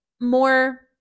more